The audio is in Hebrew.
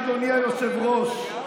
אדוני היושב-ראש,